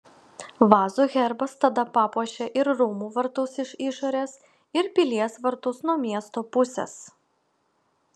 vazų herbas tada papuošė ir rūmų vartus iš išorės ir pilies vartus nuo miesto pusės